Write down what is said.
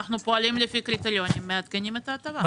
אנחנו פועלים לפי קריטריונים ומעדכנים את ההטבה.